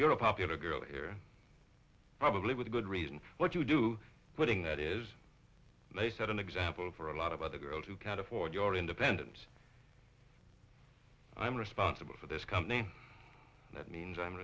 you're a popular girl here probably with good reason what you do putting that is set an example for a lot of other girls who can't afford your independence i'm responsible for this company and that means i'm